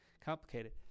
complicated